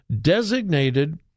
designated